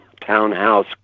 townhouse